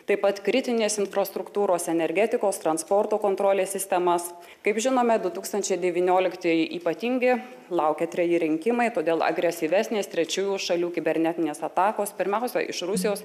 taip pat kritinės infrastruktūros energetikos transporto kontrolės sistemas kaip žinome du tūkstančiai devynioliktieji ypatingi laukia treji rinkimai todėl agresyvesnės trečiųjų šalių kibernetinės atakos pirmiausia iš rusijos